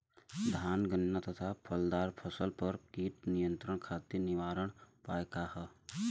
धान गन्ना तथा फलदार फसल पर कीट नियंत्रण खातीर निवारण उपाय का ह?